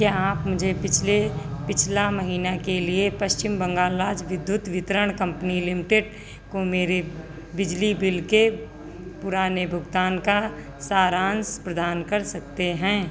क्या आप मुझे पिछले पिछला महीना के लिए पश्चिम बंगाल राज्य विद्युत वितरण कंपनी लिमिटेड को मेरे बिजली बिल के पुराने भुगतान का सारांश प्रदान कर सकते हैं